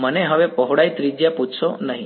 મને હવે પહોળાઈ ત્રિજ્યા પૂછશો નહીં